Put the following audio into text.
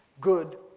good